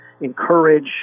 encourage